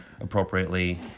Appropriately